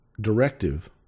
directive